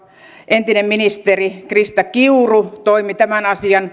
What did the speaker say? entinen ministeri krista kiuru toimi tämän